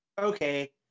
okay